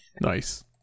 nice